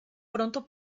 pronto